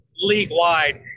league-wide